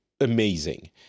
amazing